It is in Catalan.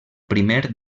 primer